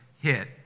hit